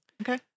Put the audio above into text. Okay